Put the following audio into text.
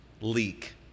leak